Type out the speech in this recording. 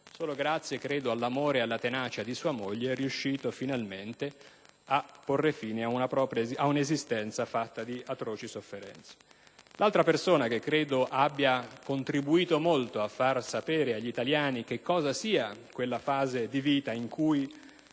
Solo grazie - credo - all'amore e alla tenacia di sua moglie è riuscito finalmente a porre fine ad un'esistenza fatta di atroci sofferenze. L'altra persona che credo abbia contribuito molto a far sapere agli italiani che cosa sia quella fase di vita in cui